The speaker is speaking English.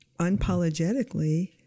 unapologetically